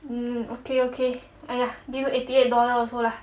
um okay okay !aiya! give you eighty eight dollar also lah